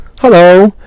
Hello